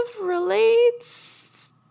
relates